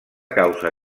causa